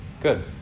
good